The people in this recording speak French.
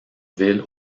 ville